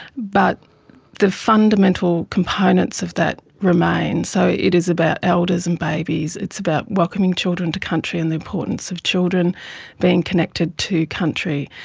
but the fundamental components of that remain. so it is about elders and babies, it's about welcoming children to country and the importance of children being connected to country.